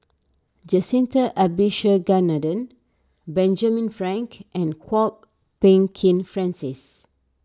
Jacintha Abisheganaden Benjamin Frank and Kwok Peng Kin Francis